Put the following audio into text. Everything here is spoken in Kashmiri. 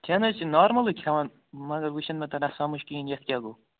کھیٚن حظ چھِ نارملے کھیٚوان مگر وٕ چھُ نہ مےٚ تران سَمج کِہیٖنۍ یَتھ کیاہ گوٚو